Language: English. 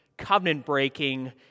covenant-breaking